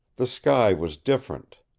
the sky was different.